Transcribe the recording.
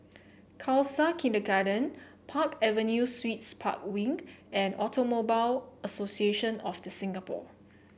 Khalsa Kindergarten Park Avenue Suites Park Wing and Automobile Association of The Singapore